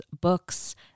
books